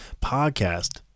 podcast